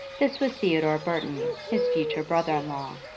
this was theodore burton, his future brother-in-law,